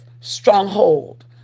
stronghold